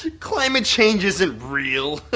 climate change isn't real!